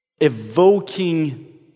evoking